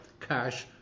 cash